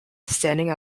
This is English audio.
standing